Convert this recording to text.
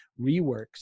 reworks